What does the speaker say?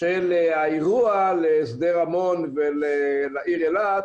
של האירוע לשדה רמון ולעיר אילת.